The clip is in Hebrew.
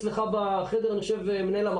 הנושא שהתכנסנו לדון בו,